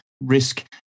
risk